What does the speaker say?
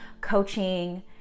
coaching